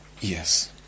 yes